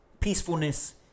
Peacefulness